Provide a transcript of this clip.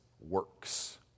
works